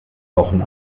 wochen